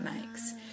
makes